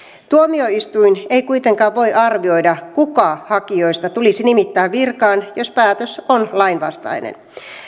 tuomioistuin ei kuitenkaan voi arvioida kuka hakijoista tulisi nimittää virkaan jos päätös on lainvastainen